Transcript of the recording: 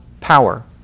power